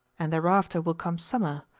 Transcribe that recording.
and thereafter will come summer,